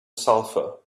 sulfur